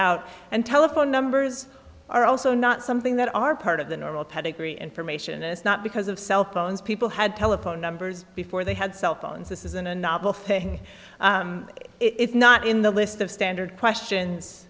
out and telephone numbers are also not something that are part of the normal pedigree information is not because of cell phones people had telephone numbers before they had cell phones this isn't a novel thing it's not in the list of standard questions